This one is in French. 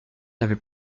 avait